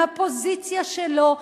מהפוזיציה שלו,